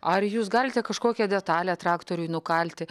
ar jūs galite kažkokią detalę traktoriui nukalti